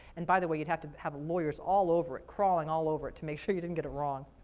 and by the way, you'd have to have lawyers all over it, crawling all over it to make sure you didn't get it wrong,